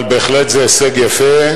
אבל בהחלט זה הישג יפה.